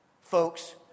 Folks